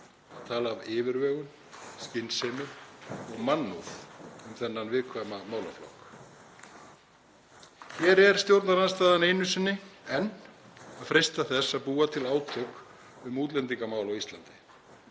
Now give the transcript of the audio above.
að tala af yfirvegun, skynsemi og mannúð um þennan viðkvæma málaflokk. Hér er stjórnarandstaðan einu sinni enn að freista þess að búa til átök um útlendingamál á Íslandi,